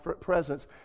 presence